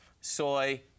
Soy